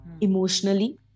Emotionally